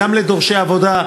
גם לדורשי עבודה,